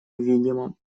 видимо